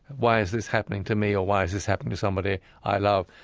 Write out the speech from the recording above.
why is this happening to me? or why is this happening to somebody i love?